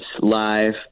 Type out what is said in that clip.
live